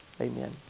amen